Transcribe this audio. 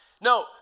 No